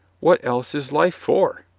what else is life for?